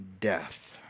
death